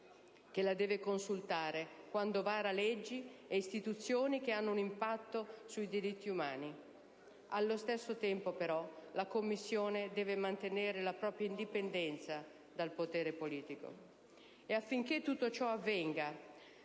che la deve consultare quando vara leggi e istituzioni che hanno un impatto sui diritti umani. Allo stesso tempo, però, la Commissione deve mantenere la propria indipendenza dal potere politico. E affinché tutto ciò avvenga,